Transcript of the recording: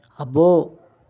అబ్బో